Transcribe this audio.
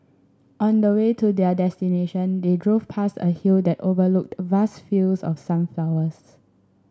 on the way to their destination they drove past a hill that overlooked vast fields of sunflowers